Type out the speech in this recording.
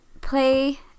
play